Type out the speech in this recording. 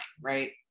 right